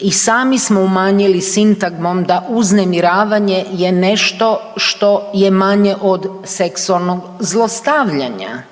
i sami smo umanjili sintagmom da uznemiravanje je nešto što je manje od seksualnog zlostavljanja.